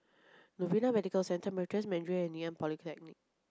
Novena Medical Centre Meritus Mandarin and Ngee Ann Polytechnic